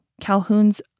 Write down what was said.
Calhoun's